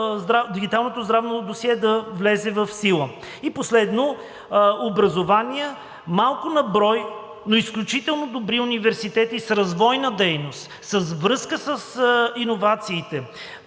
дигиталното здравно досие да влезе в сила. И последно, образование – малко на брой, но изключително добри университети с развойна дейност, с връзка с иновациите.